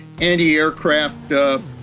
anti-aircraft